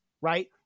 right